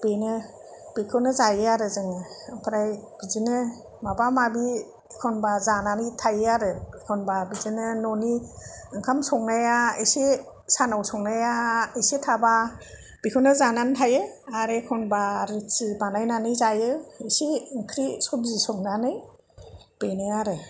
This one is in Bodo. बेनो बेखौनो जायो आरो जों जों ओमफ्राइ बिदिनो माबा माबि एखमब्ला जानानै थायो आरो एखमब्ला बिदिनो न'नि ओंखाम संनाया एसे सानाव संनाया एसे थाबा बेखौनो जानानै थायो आरो एखमब्ला रुथि बानायनानै जायो इसे ओंख्रि सबजि संनानै बेनो आरो